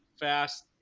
Fast